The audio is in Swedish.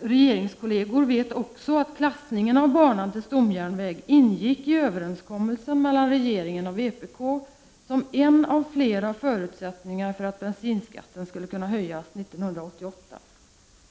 regeringskolleger vet också att klassningen av banan till stomjärnväg ingick i överenskommelsen mellan regeringen och vpk som en av flera förutsättningar för att bensinskatten skulle kunna höjas 1988.